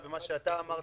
ולמה שאתה אמרת.